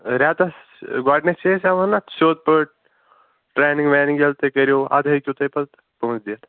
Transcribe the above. رٮ۪تس گۄڈنٮ۪تھ چھِ أسۍ ہٮ۪وان اَتھ سیٚود پٲٹھۍ ٹرینِنٛگ وینِنٛگ ییٚلہِ تُہۍ کٔرِو اَدٕ ہٮ۪کِو تُہۍ پتہٕ پۄنٛسہٕ دِتھ